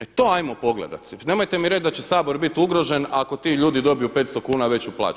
E to ajmo pogledati, nemojte mi reći da će Sabor biti ugrožen ako ti ljudi dobiju 500 kuna veću plaću.